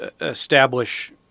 establish